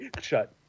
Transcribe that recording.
shut